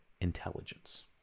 intelligence